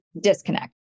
disconnect